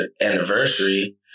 anniversary